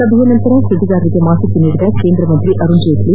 ಸಭೆಯ ಬಳಿಕ ಸುದ್ವಿಗಾರರಿಗೆ ಮಾಹಿತಿ ನೀಡಿದ ಕೇಂದ್ರ ಸಚಿವ ಅರುಣ್ ಜೇಟ್ಲ